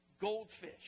goldfish